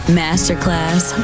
masterclass